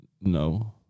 No